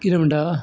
कितें म्हणटा